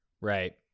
Right